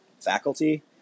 faculty